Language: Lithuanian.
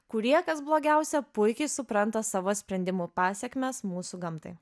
kurie kas blogiausia puikiai supranta savo sprendimų pasekmes mūsų gamtai